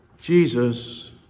Jesus